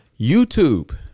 YouTube